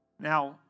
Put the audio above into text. Now